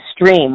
stream